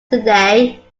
today